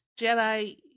Jedi